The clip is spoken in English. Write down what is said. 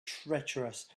traitorous